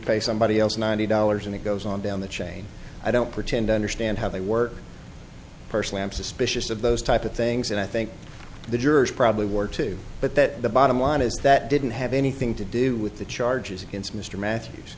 pay somebody else ninety dollars and it goes on down the chain i don't pretend to understand how they work personally i'm suspicious of those type of things and i think the jurors probably were too but that the bottom line is that didn't have anything to do with the charges against mr ma